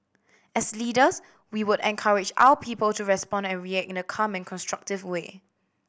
as leaders we would encourage our people to respond and react in a calm and constructive way